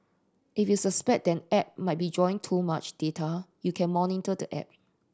if you suspect that an app might be drawing too much data you can monitor the app